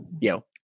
yo